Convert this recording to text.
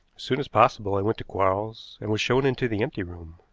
soon as possible i went to quarles and was shown into the empty room.